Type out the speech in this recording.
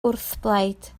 wrthblaid